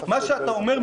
מה שאתה אומר,